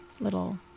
little